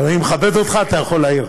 אני מכבד אותך, אתה יכול להעיר.